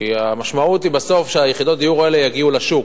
כי המשמעות היא בסוף שיחידות הדיור האלה יגיעו לשוק,